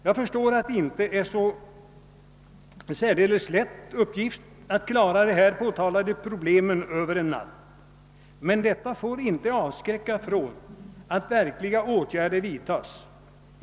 Jag förstår att det inte är en lätt uppgift att klara de här påtalade problemen över en natt. Men detta får inte avskräcka oss från att vidta verkliga åtgärder.